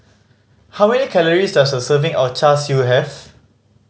how many calories does a serving of Char Siu have